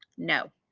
no